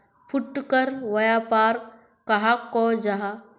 फुटकर व्यापार कहाक को जाहा?